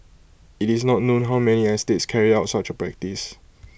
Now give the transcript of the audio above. IT is not known how many other estates carried out such A practice